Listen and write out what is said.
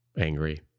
angry